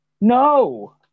no